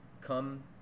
come